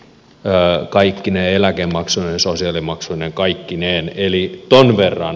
ja kaikki ne eläkemaksujen sosiaalimaksuineen kaikkineen yli tuon verran